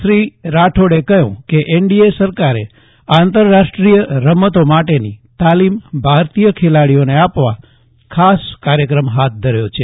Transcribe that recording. શ્રી રાઠોડે કહ્યું કે એનડીએ સરકારે આંતરરાષ્ટ્રીય રમતો માટેની તાલીમ ભારતીય ખેલાડીઓને આપવા ખાસ કાર્યક્રમ ફાથ ધર્યો છે